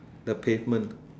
the pavement